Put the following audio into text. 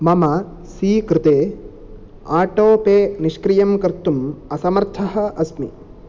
मम सीकृते auto pay निष्क्रियं कर्तुम् असमर्थः अस्मि